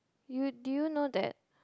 you do you know that